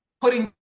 putting